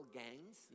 gangs